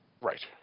Right